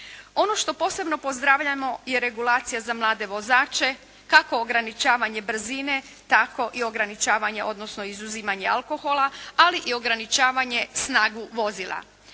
Ono što posebno pozdravljamo je regulacija za mlade vozače kako ograničavanje brzine, tako i ograničavanje odnosno izuzimanje alkohola, ali i ograničavanje snagu vozila.